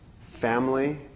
family